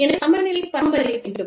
எனவே சமநிலையை பராமரிக்க வேண்டும்